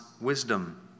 wisdom